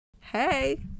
Hey